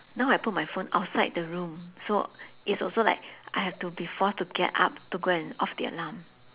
now I put my phone outside the room so it's also like I have to be forced to get up to go and off the alarm